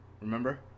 Remember